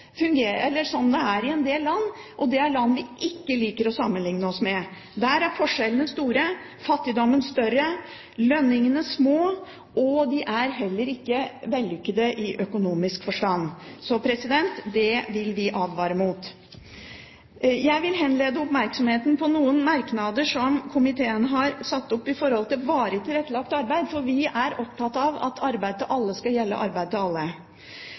kompetanse eller har dårlig helse, og det vil være mange færre som greier å forsørge seg av egen jobb. Det er en utvikling som vi vet er i en del land, og det er land vi ikke liker å sammenligne oss med. Der er forskjellene store, fattigdommen større, lønningene små, og de er heller ikke vellykkede i økonomisk forstand. Så det vil vi advare mot. Jeg vil henlede oppmerksomheten på noen merknader som komiteen har om Varig tilrettelagt arbeid, for vi er opptatt av at arbeid